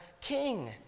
king